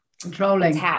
controlling